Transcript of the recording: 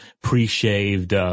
pre-shaved